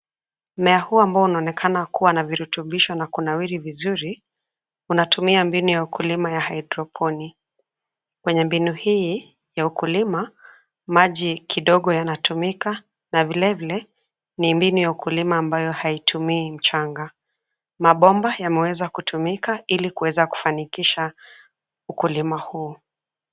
Mmea huu ambao unaonekena kuwa na virutubisho na kunawiri vizuri, unatumia mbinu ya ukulima ya hydroponic , kwenye mbinu hii, ya ukulima, maji kidogo yanatumika, na vilevile, ni mbinu ya ukulima ambayo haitumii mchanga, mabomba yameweza kutumika ili kuweza kufanikisha, ukulima huu.